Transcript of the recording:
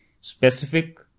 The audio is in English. specific